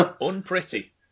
Unpretty